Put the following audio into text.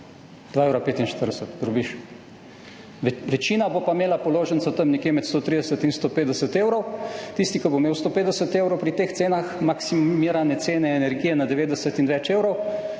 2,45 evra, drobiž. Večina bo pa imela položnico tam nekje med 130 in 150 evrov. Tisti, ki bo imel 150 evrov pri teh cenah maksimirane cene energije na 90 in več evrov